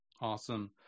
Awesome